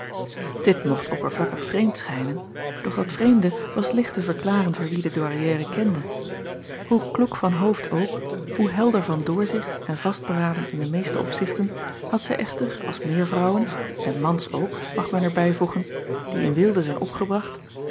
it mocht oppervlakkig vreemd schijnen doch dat vreemde was licht te verklaren voor wie de ouairière kende oe kloek van hoofd ook hoe helder van doorzicht en vastberaden in de meeste opzichten had zij echter als meer vrouwen en mans ook mag men er bijvoegen die in weelde zijn opgebracht